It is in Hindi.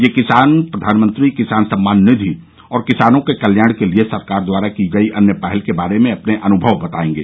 ये किसान प्रधानमंत्री किसान सम्मान निधि और किसानों के कल्याण के लिए सरकार द्वारा की गई अन्य पहल के बारे में अपने अनुभव बताएंगे